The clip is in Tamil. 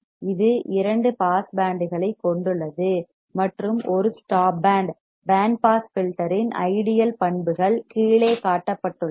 இது இரண்டு பாஸ் பேண்டுகளைக் கொண்டுள்ளது மற்றும் ஒரு stop band band pass filter இன் ஐடியல் பண்புகள் கீழே காட்டப்பட்டுள்ளன